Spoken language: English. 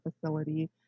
facility